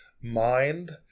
mind